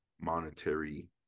monetary